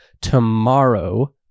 tomorrow